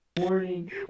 morning